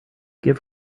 give